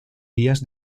días